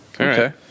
Okay